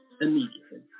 immediately